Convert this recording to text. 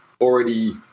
already